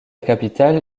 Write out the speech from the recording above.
capitale